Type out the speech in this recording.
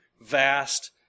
vast